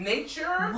Nature